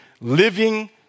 living